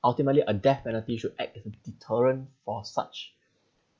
ultimately a death penalty should act as a deterrent for such